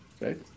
right